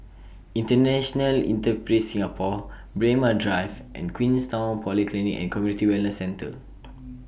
International Enterprise Singapore Braemar Drive and Queenstown Polyclinic and Community Wellness Centre